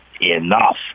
Enough